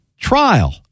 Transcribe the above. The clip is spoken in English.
trial